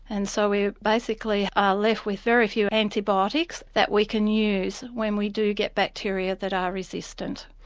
and so we basically are left with very few antibiotics that we can use when we do get bacteria that are resistant.